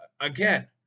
again